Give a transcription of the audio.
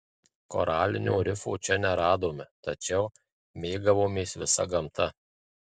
koralinio rifo čia neradome tačiau mėgavomės visa gamta